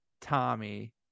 Tommy